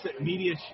media